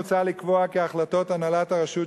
מוצע לקבוע כי החלטות הנהלת הרשות,